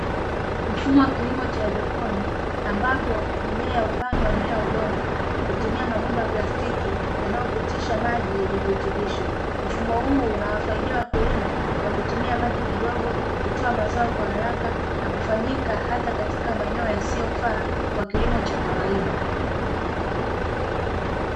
Mfumo wa kilimo cha haidroponi ambapo mimea hupandwa bila udongo, kwa kutumia mabomba ya plastiki yanayopitisha maji yenye virutubisho, mfumo huu unawasaidia wakulima kwa kutumia maji kidogo, kutoa mazao kwa haraka na kufanyika hata katika maeneo yasiyofaa, kwa kilimo cha kawaida.